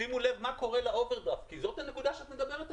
שימו לב מה קורה לאובר דרפט כי זאת הנקודה עליה את מדברת.